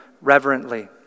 reverently